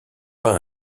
pas